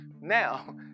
Now